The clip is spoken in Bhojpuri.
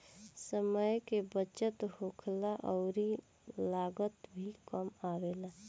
समय के बचत होखेला अउरी लागत भी कम आवेला